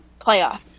playoff